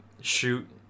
shoot